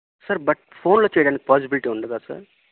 sir but ఫోన్లో చేయడానికి possibility ఉండదా సార్